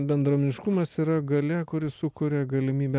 bendruomeniškumas yra galia kuri sukuria galimybę